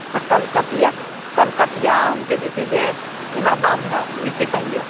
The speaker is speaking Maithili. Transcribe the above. आ कलकतिआ कलकतिआ आमके जे छै से केना दाम होयत ओहिके कहिऔ